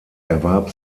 erwarb